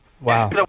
Wow